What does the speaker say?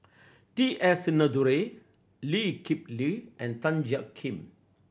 T S Sinnathuray Lee Kip Lee and Tan Jiak Kim